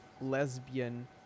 lesbian